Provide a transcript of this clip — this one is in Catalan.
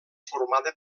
formada